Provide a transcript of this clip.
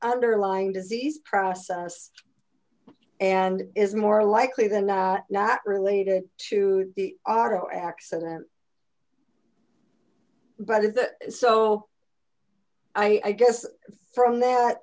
underlying disease process and is more likely than not not related to the auto accident but if so i guess from that